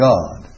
God